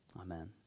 Amen